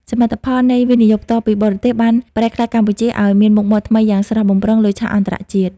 សមិទ្ធផលនៃ វិនិយោគផ្ទាល់ពីបរទេស បានប្រែក្លាយកម្ពុជាឱ្យមានមុខមាត់ថ្មីយ៉ាងស្រស់បំព្រងលើឆាកអន្តរជាតិ។